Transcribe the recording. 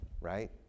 right